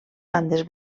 bandes